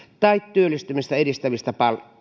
tai työllistymistä edistävistä